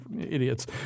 idiots